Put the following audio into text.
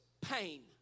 pain